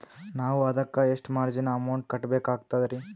ನಾವು ಅದಕ್ಕ ಎಷ್ಟ ಮಾರ್ಜಿನ ಅಮೌಂಟ್ ಕಟ್ಟಬಕಾಗ್ತದ್ರಿ?